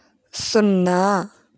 సున్నా